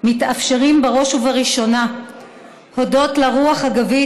מתאפשרים בראש ובראשונה הודות לרוח הגבית